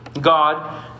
God